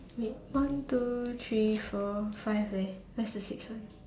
wait one two three four five wait where is the six one